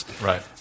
Right